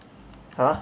!huh!